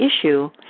issue